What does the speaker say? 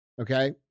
Okay